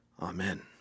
Amen